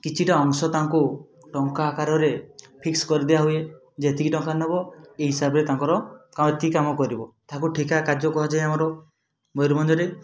କିଛିଟା ଅଂଶ ତାଙ୍କୁ ଟଙ୍କା ଆକାରରେ ଫିକ୍ସ୍ କରି ଦିଆ ହୁଏ ଯେ ଏତିକି ଟଙ୍କା ନବ ଏଇ ହିସାବରେ ତାଙ୍କର କାଣ ଏତିକି କାମ କରିବ ତାହାକୁ ଠିକା କାର୍ଯ୍ୟ କୁହାଯାଏ ଆମର ମୟୁରଭଞ୍ଜରେ